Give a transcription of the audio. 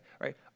right